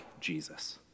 Jesus